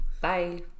bye